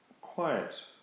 quiet